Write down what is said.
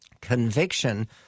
conviction